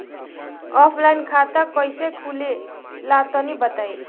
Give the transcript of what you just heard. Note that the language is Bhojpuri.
ऑफलाइन खाता कइसे खुले ला तनि बताई?